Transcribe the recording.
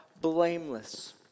blameless